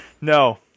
No